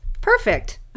Perfect